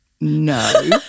no